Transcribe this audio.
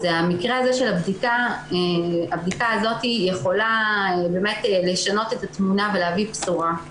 הבדיקה הזאת יכולה לשנות את התמונה ולהביא בשורה.